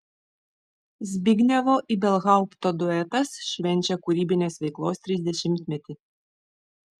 zbignevo ibelhaupto duetas švenčia kūrybinės veiklos trisdešimtmetį